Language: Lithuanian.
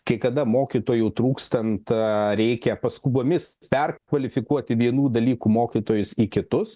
kai kada mokytojų trūkstant reikia paskubomis perkvalifikuoti vienų dalykų mokytojus į kitus